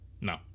No